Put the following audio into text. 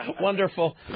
Wonderful